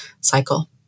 cycle